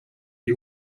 die